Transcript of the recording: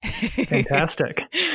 Fantastic